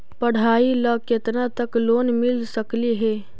पढाई ल केतना तक लोन मिल सकले हे?